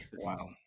Wow